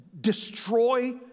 destroy